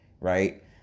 right